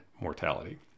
Mortality